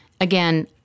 Again